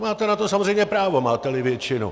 Máte na to samozřejmě právo, máteli většinu.